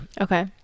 Okay